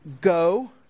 go